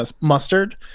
mustard